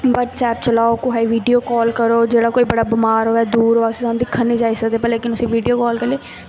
WhatsApp चलाओ कुसै गी वीडियो काल करो जेह्ड़ा कोई बड़ा बमार होऐ दूर होऐ उस्सी सानूं दिक्खन निं जाई सकदे पर लेकिन उस्सी वीडियो कर लेई